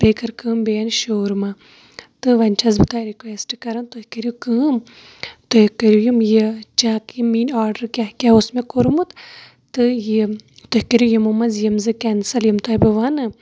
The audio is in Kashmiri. بیٚیہِ کر کٲم بیٚیہِ اَن شورما تہٕ وۄنۍ چھس بہٕ تۄہہِ رِکویسٹ کَران تُہۍ کٔرِو کٲم تُہُۍ کٔرِو یِم یہِ چیٚک کہِ میٲنۍ آرڈَر کیاہ کیاہ اوس مےٚ کوٚرمُت تہٕ یہِ تُہۍ کٔرِو یِمو منٛز یِم زٕ کینسل یِم تۄہہِ بہٕ وَنہٕ